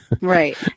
Right